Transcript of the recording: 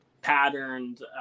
patterned